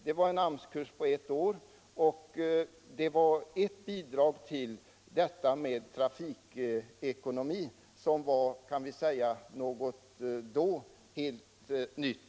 Det var en ettårig AMS-kurs och när det gäller transportekonomi var detta ett exempel på AMS möjligheter och rörlighet.